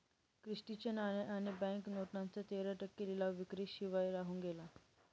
Christie चे नाणे आणि बँक नोटांचा तेरा टक्के लिलाव विक्री शिवाय राहून गेला